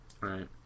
Right